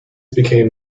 became